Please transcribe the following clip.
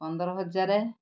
ପନ୍ଦର ହଜାର